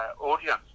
audience